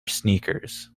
sneakers